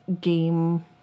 game